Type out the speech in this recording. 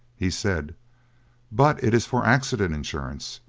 he said but it is for accident insurance,